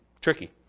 tricky